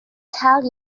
tell